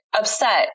upset